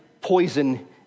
poison